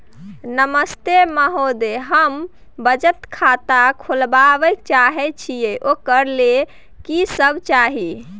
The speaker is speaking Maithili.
नमस्ते महोदय, हम बचत खाता खोलवाबै चाहे छिये, ओकर लेल की सब चाही?